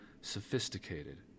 Sophisticated